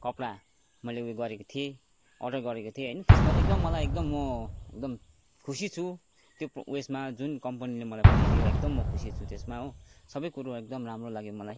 कपडा मैले उयो गरेको थिएँ अर्डर गरेको थिएँ होइन त्यसमा चाहिँ एकदम मलाई एकदम म एकदम खुसी छु त्यो उयेसमा जुन कम्पनीले मलाई पठाइदियो एकदम म खुसी छु त्यसमा हो सबै कुरो एकदम राम्रो लाग्यो मलाई